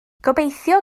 gobeithio